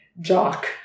jock